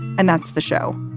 and that's the show.